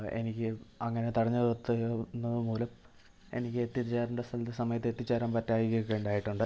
എനിക്ക് അങ്ങനെ തടഞ്ഞ് നിർത്തുക എന്നത് മൂലം എനിക്ക് എത്തിച്ചേരണ്ട സ്ഥലത്ത് സമയത്ത് എത്തിച്ചേരാൻ പറ്റായ്കയൊക്കെ ഉണ്ടായിട്ടുണ്ട്